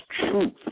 truth